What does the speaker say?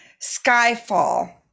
Skyfall